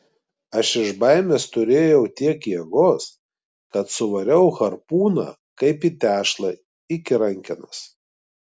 aš iš baimės turėjau tiek jėgos kad suvariau harpūną kaip į tešlą iki rankenos